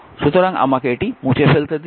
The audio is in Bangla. সুতরাং আমাকে এটি মুছে ফেলতে দিন